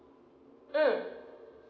mm